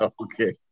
Okay